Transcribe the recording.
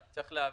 תעשה תיקון.